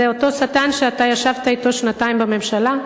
זה אותו שטן שאתה ישבת אתו שנתיים בממשלה,